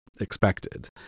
expected